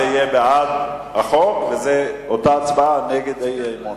זה בעד החוק ונגד האי-אמון.